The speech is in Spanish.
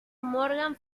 morgan